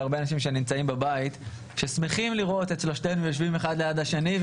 והרבה אנשים שנמצאים בבית ששמחים לראות את שלושתנו יושבים אחד ליד השני,